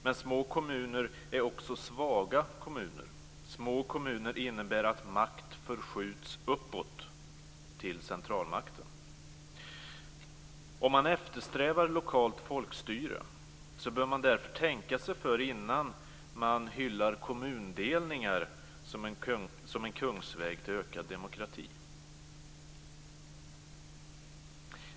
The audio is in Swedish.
Men små kommuner är också svaga kommuner. Små kommuner innebär att makt förskjuts uppåt till centralmakten. Om man eftersträvar lokalt folkstyre bör man därför tänka sig för innan man hyllar kommundelningar som en kungsväg till ökad demokrati.